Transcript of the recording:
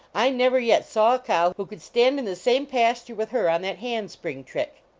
i never yet saw a cow who could stand in the same pasture with her on that hand-spring trick.